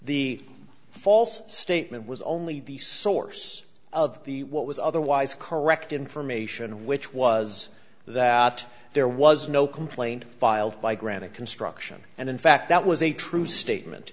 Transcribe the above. the false statement was only the source of the what was otherwise correct information which was that there was no complaint filed by granite construction and in fact that was a true statement